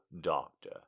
doctor